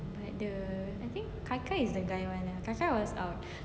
like the I think kai kai is the guy [one] kai kai was um